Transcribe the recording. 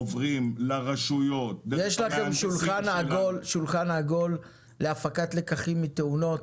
עוברים לרשויות --- יש לכם שולחן עגול להפקת לקחים מתאונות,